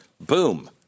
boom—